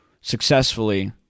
successfully